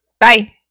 Bye